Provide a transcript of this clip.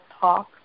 talk